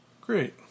Great